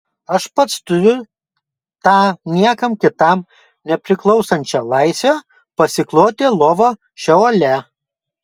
aš pats turiu tą niekam kitam nepriklausančią laisvę pasikloti lovą šeole